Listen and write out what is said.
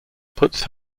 puts